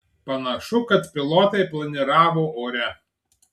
panašu kad pilotai planiravo ore